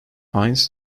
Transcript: hines